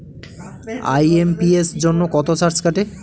IMPS জন্য কত charge কাটে?